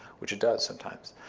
which it does sometimes.